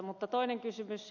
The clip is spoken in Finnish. mutta toinen kysymys